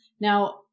Now